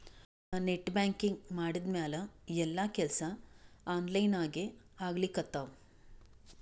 ನಾ net banking ಮಾಡಿದ್ಮ್ಯಾಲ ಎಲ್ಲಾ ಕೆಲ್ಸಾ ಆನ್ಲೈನಾಗೇ ಆಗ್ಲಿಕತ್ತಾವ